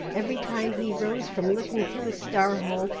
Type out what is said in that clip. every time he rose from looking through a star-hole,